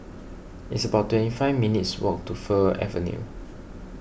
it's about twenty five minutes' walk to Fir Avenue